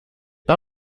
pas